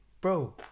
bro